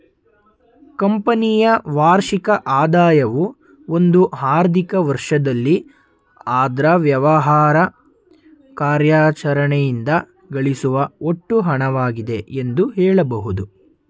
ಕಂಪನಿಯ ವಾರ್ಷಿಕ ಆದಾಯವು ಒಂದು ಆರ್ಥಿಕ ವರ್ಷದಲ್ಲಿ ಅದ್ರ ವ್ಯವಹಾರ ಕಾರ್ಯಾಚರಣೆಯಿಂದ ಗಳಿಸುವ ಒಟ್ಟು ಹಣವಾಗಿದೆ ಎಂದು ಹೇಳಬಹುದು